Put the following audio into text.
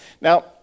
Now